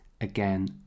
Again